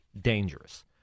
dangerous